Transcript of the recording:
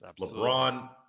LeBron